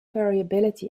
variability